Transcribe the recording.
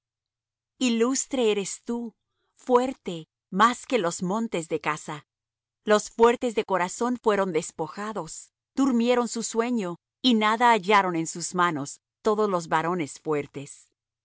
ilustre eres tú fuerte más que los montes de caza los fuertes de corazón fueron despojados durmieron su sueño y nada hallaron en sus manos todos los varones fuertes